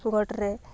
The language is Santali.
ᱜᱚᱰᱨᱮ